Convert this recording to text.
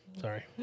Sorry